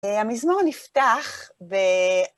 המזמור נפתח ב...